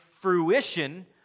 fruition